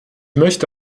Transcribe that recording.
möchte